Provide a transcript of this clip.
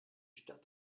stadt